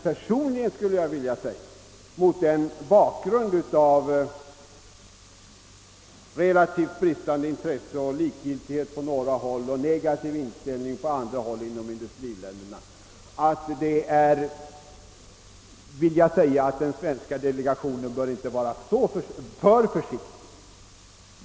Personligen skulle jag mot bakgrunden av ett relativt sett bristande intresse i industriländerna — likgiltighet på vissa håll och negativ inställning på andra — vilja säga, att den svenska delegationen inte bör vara för försiktig.